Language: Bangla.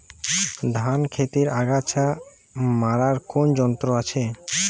ধান ক্ষেতের আগাছা মারার কোন যন্ত্র আছে?